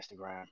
Instagram